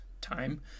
time